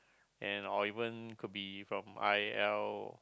and or even could be from I L